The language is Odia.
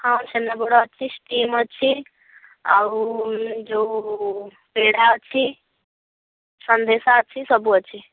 ହଁ ଛେନାପୋଡ଼ ଅଛି ଷ୍ଟିମ୍ ଅଛି ଆଉ ଯେଉଁ ପେଡ଼ା ଅଛି ସନ୍ଦେଶା ଅଛି ସବୁ ଅଛି